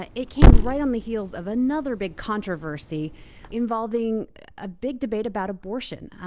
ah it came right on the heels of another big controversy involving a big debate about abortion.